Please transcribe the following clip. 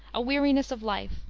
a weariness of life,